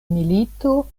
milito